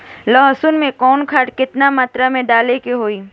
लहसुन में कवन खाद केतना मात्रा में डाले के होई?